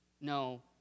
No